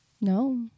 No